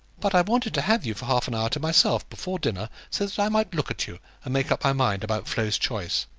but i wanted to have you for half-an-hour to myself before dinner, so that i might look at you, and make up my mind about flo's choice.